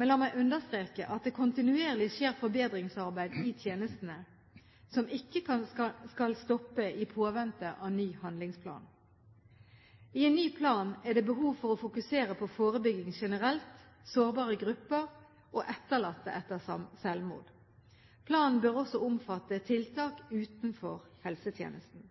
Men la meg understreke at det kontinuerlig skjer forbedringsarbeid i tjenestene, som ikke skal stoppe i påvente av ny handlingsplan. I ny plan er det behov for å fokusere på forebygging generelt, sårbare grupper og etterlatte etter selvmord. Planen bør også omfatte tiltak utenfor helsetjenesten.